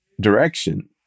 direction